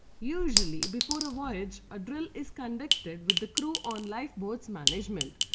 usually before a voyage, a drill is conducted with the crew on lifeboats management.